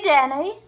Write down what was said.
Danny